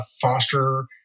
foster